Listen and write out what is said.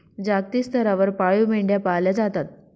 जागतिक स्तरावर पाळीव मेंढ्या पाळल्या जातात